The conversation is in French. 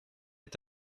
est